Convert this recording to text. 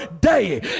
day